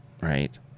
right